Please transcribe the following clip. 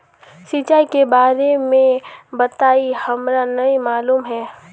सिंचाई के बारे में बताई हमरा नय मालूम है?